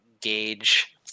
gauge